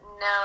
no